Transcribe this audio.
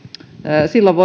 silloin